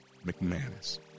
McManus